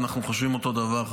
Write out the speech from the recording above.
אנחנו חושבים אותו דבר,